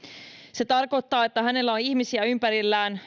se tarkoittaa että hänellä on ympärillään